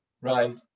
right